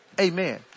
Amen